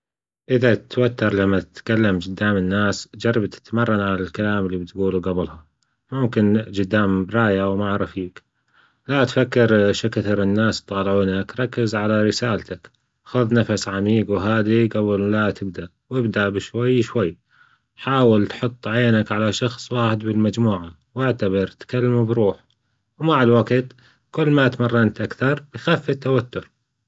إذا توتر لما تتكلم جدام الناس جرب تتمرن على الكلام اللي بتجوله جبلها ممكن جدام مراية أو مع رفيج، لا تفكر شكثر الناس يطالعونك ركز على رسالتك، خذ نفس عميق وهادي جبل لا تبدأ، وإبدأ بشوي شوي ، حاول تحط عينك على شخص واحد بالمجموعة وإعتبر تكلمه بروحك ومع الوجت كل ما تمرنت أكثر يخفف التوتر.